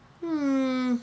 hmm